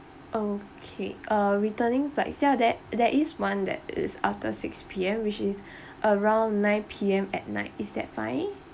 okay uh returning flights ya that there is one that is after six P_M which is around nine P_M at night is that fine